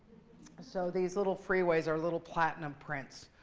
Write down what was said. so these little freeways are little platinum prints.